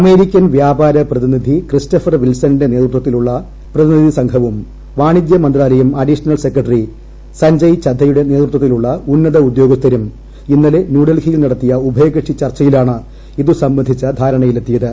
American വ്യാപാര പ്രതിനിധി Christopher വിൽസണിന്റെ നേതൃത്വത്തിലുള്ള പ്രതിനിധി സംഘവും വാണിജ്യ മന്ത്രാലയം അഡീഷണൽ സെക്രട്ടറി സജ്ഞയ് ചദ്ദയുടെ നേതൃത്വ ത്തിലുള്ള ഉന്നത ഉദ്യോഗസ്ഥരും ഇന്നലെ ന്യൂഡൽഹിയിൽ നട ത്തിയ ഉഭയ കക്ഷി ചർച്ചയിലാണ് ഇതു സംബന്ധിച്ച ധാരണയിലെ ത്തിയത്